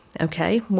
Okay